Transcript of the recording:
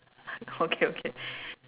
okay okay